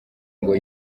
ngo